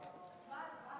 את, הצבעה.